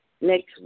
Next